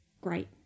Great